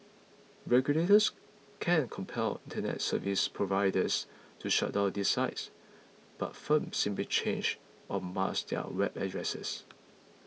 regulators can compel Internet service providers to shut down these sites but firms simply change or mask their web addresses